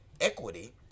equity